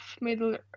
Middle